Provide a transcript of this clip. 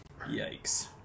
Yikes